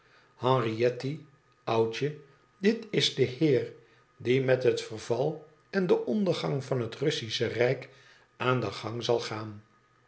henrietty oudje dit is de heer die met het verval en den ondergang van het russische rijk aan den gang zal gaan